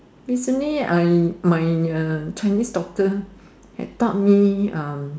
recently I my uh Chinese doctor have taught me um